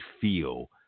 feel